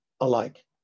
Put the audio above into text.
alike